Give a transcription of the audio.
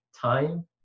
time